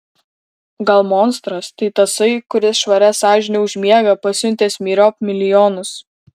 gal monstras tai tasai kuris švaria sąžine užmiega pasiuntęs myriop milijonus